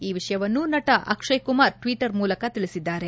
ಈ ವಿಷಯವನ್ನು ನಟ ಅಕ್ಷಯ್ ಕುಮಾರ್ ಟ್ವಿಟರ್ ಮೂಲಕ ತಿಳಿಸಿದ್ದಾರೆ